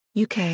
UK